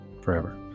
forever